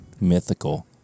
Mythical